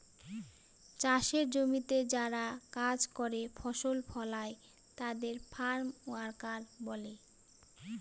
চাষের জমিতে যারা কাজ করে ফসল ফলায় তাদের ফার্ম ওয়ার্কার বলে